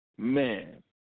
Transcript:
Man